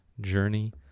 journey